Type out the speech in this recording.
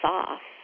off